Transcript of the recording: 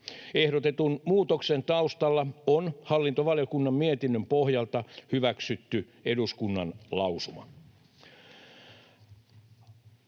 Ehdotetun muutoksen taustalla on hallintovaliokunnan mietinnön pohjalta hyväksytty eduskunnan lausuma.